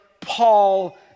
Paul